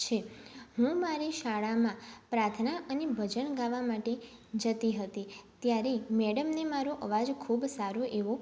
છે હું મારી શાળામાં પ્રાર્થના અને ભજન ગાવા માટે જતી હતી ત્યારે મેડમને મારો અવાજ ખૂબ સારો એવો